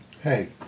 Hey